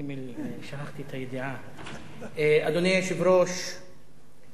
אדוני היושב-ראש,